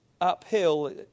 uphill